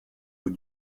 aux